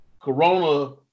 Corona